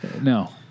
no